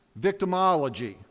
victimology